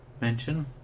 mention